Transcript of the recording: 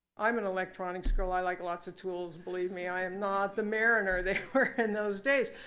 i'm an electronics girl. i like lots of tools. believe me, i am not the mariner they were in those days.